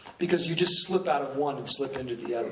because you just slip out of one and slip into the other.